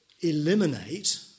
eliminate